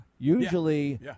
Usually